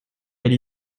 elle